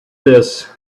this